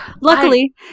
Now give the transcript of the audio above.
Luckily